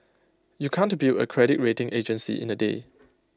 you can't build A credit rating agency in A day